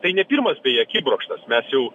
ir tai ne pirmas beje akibrokštas mes jau